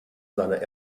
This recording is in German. seiner